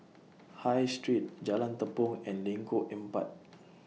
High Street Jalan Tepong and Lengkok Empat